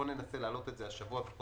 בואו ננסה להעלות את זה השבוע.